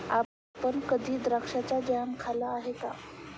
आपण कधी द्राक्षाचा जॅम खाल्ला आहे का?